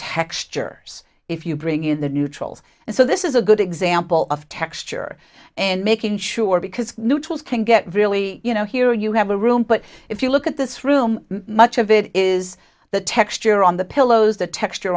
texture if you bring in the neutrals and so this is a good example of texture and making sure because neutrals can get really you know here you have a room but if you look at this room much of it is the texture on the pillows the texture